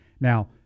Now